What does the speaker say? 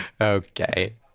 Okay